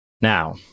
Now